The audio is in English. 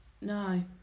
No